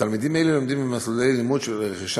תלמידים אלו לומדים במסלולי לימוד לרכישת